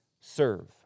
serve